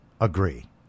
agree